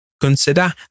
Consider